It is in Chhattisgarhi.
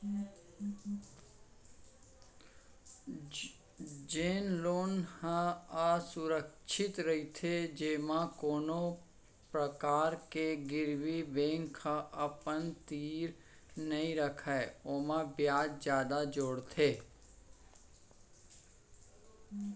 जेन लोन ह असुरक्छित रहिथे जेमा कोनो परकार के गिरवी बेंक ह अपन तीर नइ रखय ओमा बियाज जादा जोड़थे